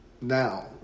now